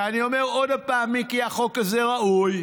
ואני אומר עוד פעם, מיקי, החוק הזה ראוי,